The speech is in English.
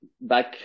Back